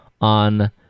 on